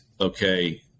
Okay